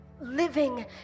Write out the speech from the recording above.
living